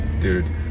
dude